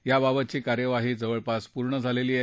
याबाबतची कार्यवाही जवळपास पूर्ण झालेली आहे